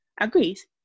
agrees